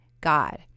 God